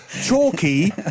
chalky